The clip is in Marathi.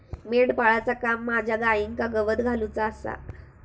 मेंढपाळाचा काम माझ्या गाईंका गवत घालुचा आसा